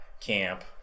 camp